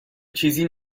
چیزی